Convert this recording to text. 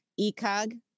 ECOG